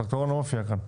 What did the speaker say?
טרקטורון לא מופיע כאן.